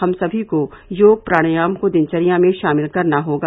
हम सभी को योग प्रणायाम को दिनचर्या में शामिल करना होगा